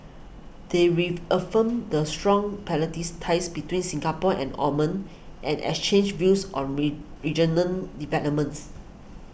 they reaffirmed the strong ties between Singapore and Oman and exchanged views on read regional developments